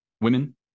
women